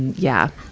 yeah.